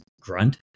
Grunt